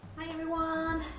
hi everyone!